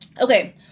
Okay